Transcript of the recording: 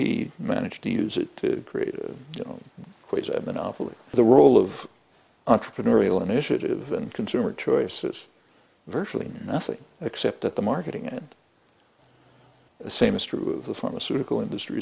he managed to use it to create ways of monopoly the role of entrepreneurial initiative and consumer choices virtually nothing except that the marketing and the same is true of the pharmaceutical industr